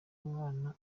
umwana